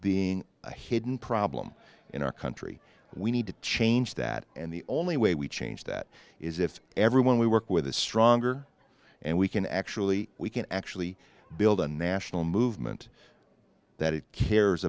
being a hidden problem in our country we need to change that and the only way we change that is if everyone we work with a stronger and we can actually we can actually build a national movement that it cares